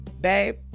babe